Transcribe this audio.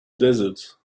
desert